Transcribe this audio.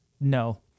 no